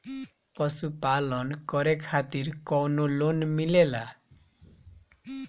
पशु पालन करे खातिर काउनो लोन मिलेला?